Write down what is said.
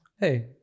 Hey